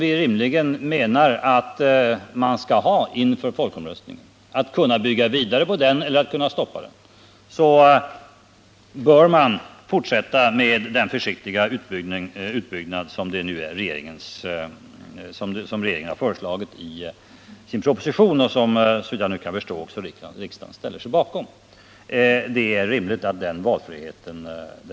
Vi måste göra det om vi inför folkomröstningen skall ha den handlingsfrihet som vi menar är rimlig — kunna bygga vidare eller stoppa reaktorn.